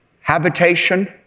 habitation